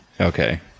Okay